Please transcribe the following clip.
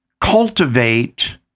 cultivate